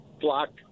block—